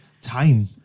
time